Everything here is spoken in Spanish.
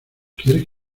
quieres